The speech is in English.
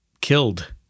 killed